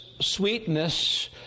sweetness